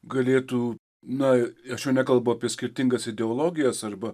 galėtų na aš jau nekalbu apie skirtingas ideologijas arba